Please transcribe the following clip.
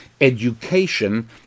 education